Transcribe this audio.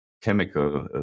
chemical